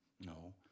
no